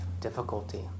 difficulty